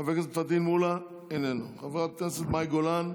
חבר הכנסת פטין מולא, איננו, חברת הכנסת מאי גולן,